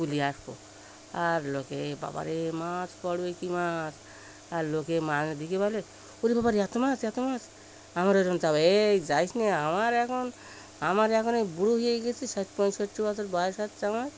পুলে আসব আর লোকে বাবারে মাছ পড়বে কী মাছ আর লোকে মাছ দেখে বলে ওরে বাবারে এত মাছ এত মাছ আমরা ওরম যাব এই যাস না আমার এখন আমার এখন এই বুড়ো হয়ে গিয়েছি ষাট পঁয়ষট্টি বছর বয়স হচ্ছে আমার